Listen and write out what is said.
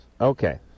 Okay